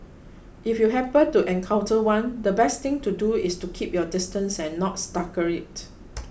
if you happen to encounter one the best thing to do is to keep your distance and not startle it